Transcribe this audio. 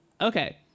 Okay